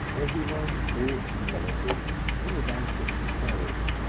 everyone thought well of him and was anxious to show it,